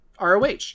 ROH